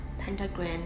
pentagram